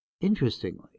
Interestingly